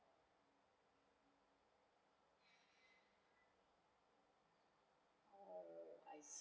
orh I see